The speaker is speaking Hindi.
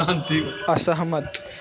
असहमत